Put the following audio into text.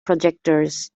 projectors